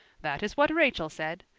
that is what rachel said.